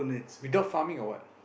without farming or what